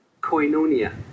koinonia